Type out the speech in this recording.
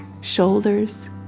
shoulders